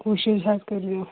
کوٗشِش حظ کٔرۍزیٚو